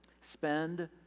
Spend